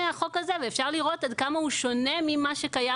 אפשר לראות עד כמה החוק שונה ממה שקיים